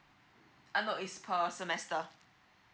uh no it's per semester